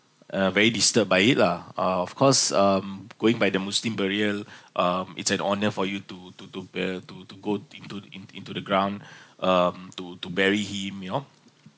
uh very disturbed by it lah uh of course um going by the muslim burial um it's an honour for you to to to uh to to go into the in into the ground um to to bury him you know